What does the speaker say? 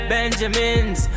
Benjamins